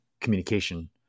Communication